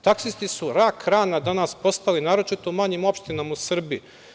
Taksisti su rak rana danas postali, naročito u manjim opštinama u Srbiji.